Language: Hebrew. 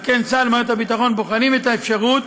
צה"ל ומערכת הביטחון בוחנים את האפשרות